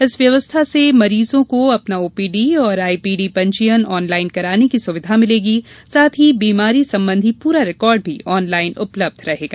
इस व्यवस्था से मरीजों को अपना ओपीडी और आईपीडी पंजीयन ऑनलाइन कराने की सुविधा मिलेगी साथ ही बीमारी संबंधी पूरा रिकार्ड भी ऑनलाइन उपलब्ध रहेगा